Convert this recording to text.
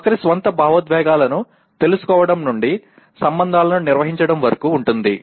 ఒకరి స్వంత భావోద్వేగాలను తెలుసుకోవడం నుండి సంబంధాలను నిర్వహించడం వరకు ఉంటుంది